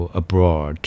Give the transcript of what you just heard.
abroad